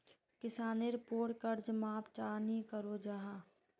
किसानेर पोर कर्ज माप चाँ नी करो जाहा?